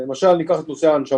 למשל, ניקח את נושא ההנשמה.